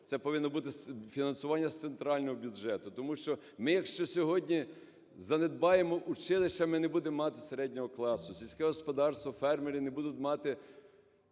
це повинно бути фінансування з центрального бюджету. Тому що ми, якщо сьогодні занедбаємо училищами, не будемо мати середнього класу, сільське господарство, фермери не будуть мати